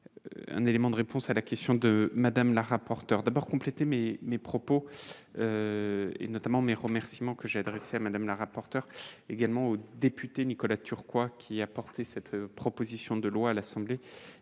un élément de réponse à la question de Madame la rapporteure d'abord compléter mais mes propos et notamment mes remerciements que j'ai adressée à Madame la rapporteure également au député Nicolas Turquois qui a porté cette proposition de loi à l'Assemblée,